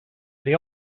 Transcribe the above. they